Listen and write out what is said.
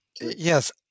Yes